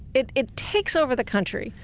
it it takes over the country.